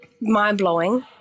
mind-blowing